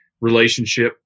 relationship